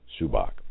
Subak